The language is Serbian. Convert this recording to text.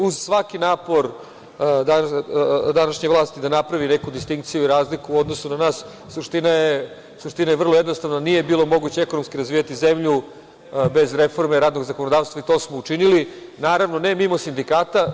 Uz svaki napor današnje vlasti da napravi neku distinkciju i razliku u odnosu na nas, suština je vrlo jednostavna - nije bilo moguće ekonomski razvijati zemlju bez reforme radnog zakonodavstva i to smo učinili, naravno, ne mimo sindikata.